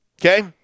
okay